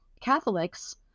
Catholics